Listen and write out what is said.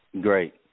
Great